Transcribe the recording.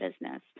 business